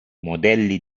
modelli